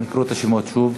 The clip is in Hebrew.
השמות שוב.